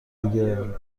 دیگه